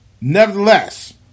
nevertheless